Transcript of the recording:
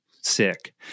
sick